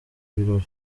birori